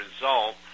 result